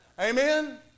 Amen